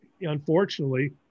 unfortunately